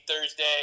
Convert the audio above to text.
Thursday